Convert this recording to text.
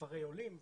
כפרי עולים וכו',